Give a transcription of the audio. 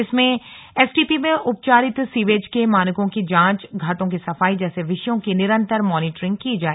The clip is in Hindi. इसमें एसटीपी में उपचारित सीवेज के मानकों की जांच घाटों की सफाई जैसे विषयों की निरंतर मॉनीटरिग की जाए